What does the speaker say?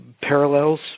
parallels